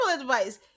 advice